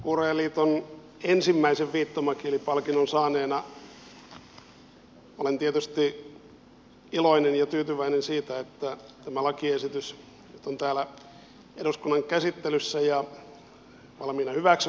kuurojen liiton ensimmäisen viittomakielipalkinnon saaneena olen tietysti iloinen ja tyytyväinen siitä että tämä lakiesitys nyt on täällä eduskunnan käsittelyssä ja valmiina hyväksyttäväksi